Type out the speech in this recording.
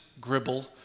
Gribble